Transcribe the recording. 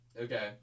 Okay